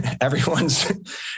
Everyone's